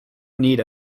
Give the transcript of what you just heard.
need